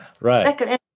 Right